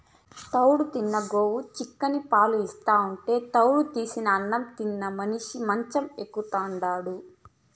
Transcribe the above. తౌడు తిన్న గోవు చిక్కని పాలు ఇస్తాంటే తౌడు తీసిన అన్నం తిని మనిషి మంచం ఎక్కుతాండాడు